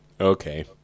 okay